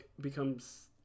becomes